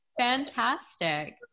Fantastic